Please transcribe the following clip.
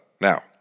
Now